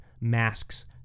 masks